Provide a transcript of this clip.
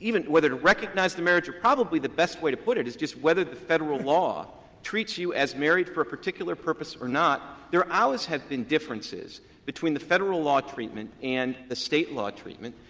even whether to recognize the marriage or probably the best way to put it is just whether the federal law treats you as married for a particular purpose or not, there always have been differences between the federal law treatment and the state law treatment.